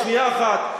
שנייה אחת,